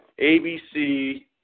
ABC